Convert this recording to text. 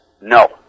no